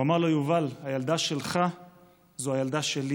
הוא אמר לו: יובל, הילדה שלך זו הילדה שלי